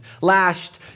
lashed